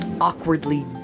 awkwardly